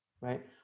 right